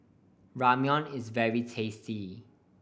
ramyeon is very tasty